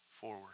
forward